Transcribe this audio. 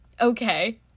okay